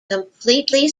completely